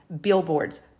billboards